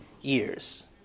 years